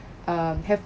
um have